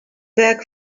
back